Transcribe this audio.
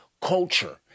culture